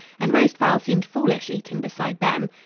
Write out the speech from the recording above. and roast fowl seemed foolish eating beside them.